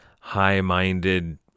high-minded